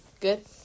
Good